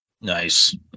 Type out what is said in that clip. Nice